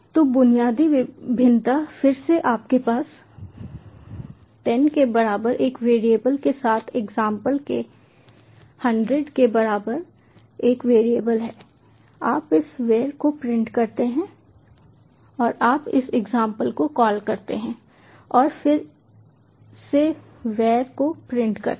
तो बुनियादी भिन्नता फिर से आपके पास 10 के बराबर एक वेरिएबल के साथ एग्जांपल के 100 के बराबर एक वेरिएबल है आप इस वैर को प्रिंट करते हैं और आप इस एग्जांपल को कॉल करते हैं और फिर से वैर को प्रिंट करते हैं